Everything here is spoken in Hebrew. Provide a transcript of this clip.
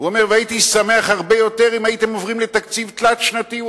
והייתי שמח הרבה יותר אם הייתם עוברים לתקציב תלת-שנתי.